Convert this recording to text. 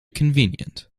convenient